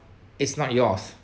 is not yours